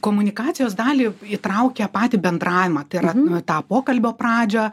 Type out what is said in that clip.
komunikacijos dalį įtraukia patį bendravimą tai yra nu tą pokalbio pradžią